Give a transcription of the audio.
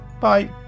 bye